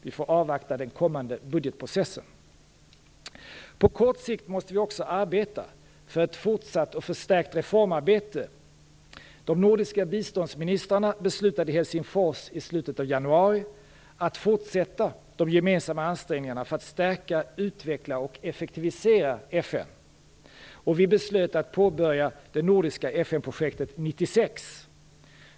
Vi får avvakta den kommande budgetprocessen. På kort sikt måste vi också arbeta för ett fortsatt och förstärkt reformarbete. De nordiska biståndsministrarna beslutade i Helsingfors i slutet av januari att fortsätta de gemensamma ansträngningarna för att stärka, utveckla och effektivisera FN. Vi beslutade då att påbörja "Nordiska FN-projektet-96".